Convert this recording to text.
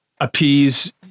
appease